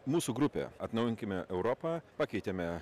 mūsų grupė atnaujinkime europą pakeitėme